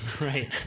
Right